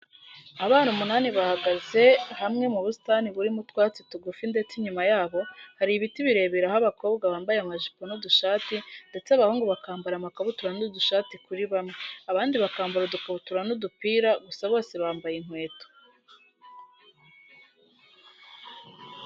Abana umunani bahagze hamwe mu busitani burimo utwatsi tugufi ndetse inyuma y'abo hari ibiti birebire aho abakobwa bambaye amajipo n'udushati ndetse abahungu bakambara amakabutura n'udushati kuri bamwe, abandi bakambara udukabutura n'udupira gusa bose bambaye inkweto.